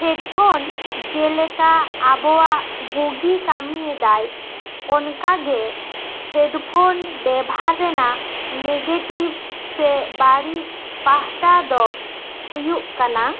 headphone ᱡᱮ ᱞᱮᱠᱟ ᱟᱵᱚᱣᱟᱜ ᱵᱩᱜᱤ ᱠᱟᱹᱢᱤᱭᱮᱫᱟᱭ ᱚᱱᱠᱟ ᱜᱮ ᱦᱮᱰᱯᱷᱚᱱ ᱵᱮᱵᱽᱦᱟᱨ ᱨᱮᱱᱟᱜ ᱱᱮᱜᱮᱴᱤᱵᱷ ᱥᱮ ᱵᱟᱹᱲᱤᱡ ᱯᱟᱦᱴᱟ ᱫᱚ ᱦᱩᱭᱩᱜ ᱠᱟᱱᱟ